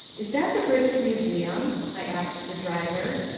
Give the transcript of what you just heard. is that the british museum? i asked the driver,